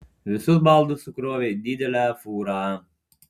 visus baldus sukrovė į didelę fūrą